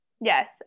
Yes